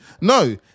No